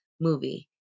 movie